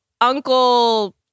uncle